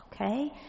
okay